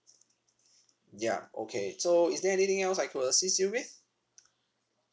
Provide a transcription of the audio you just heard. ya okay so is there anything else I could assist you with